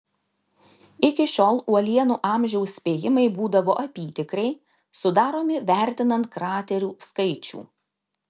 iki šiol uolienų amžiaus spėjimai būdavo apytikriai sudaromi vertinant kraterių skaičių